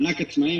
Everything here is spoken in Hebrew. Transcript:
מענק העצמאים,